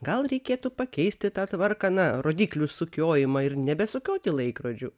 gal reikėtų pakeisti tą tvarką na rodyklių sukiojimą ir nebesukioti laikrodžių